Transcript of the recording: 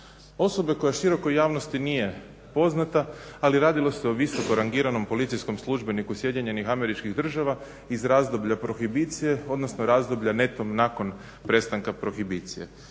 osobe koja širokoj javnosti nije poznata ali radilo se o visoko rangiranom policijskom službeniku SAD-a iz razdoblja prohibicije, odnosno razdoblja netom nakon prestanka prohibicije,